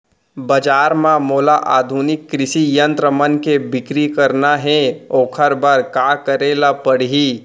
बजार म मोला आधुनिक कृषि यंत्र मन के बिक्री करना हे ओखर बर का करे ल पड़ही?